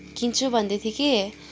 किन्छु भन्दै थियो कि